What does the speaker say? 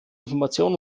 information